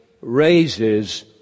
raises